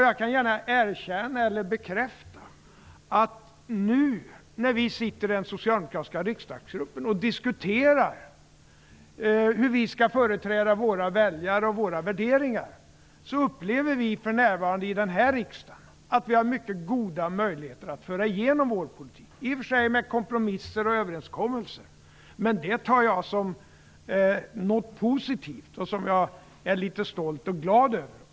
Jag kan gärna erkänna eller bekräfta att vi i den socialdemokratiska riksdagsgruppen, när vi nu sitter och diskuterar hur vi skall företräda våra väljare och våra värderingar, för närvarande upplever att vi har mycket goda möjligheter att föra igenom vår politik i den här riksdagen. Det sker i och för sig genom kompromisser och överenskommelser, men det tar jag som något positivt. Jag är litet stolt och glad över det.